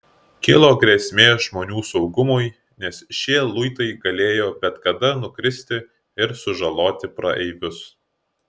kilo grėsmė žmonių saugumui nes šie luitai galėjo bet kada nukristi ir sužaloti praeivius